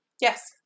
yes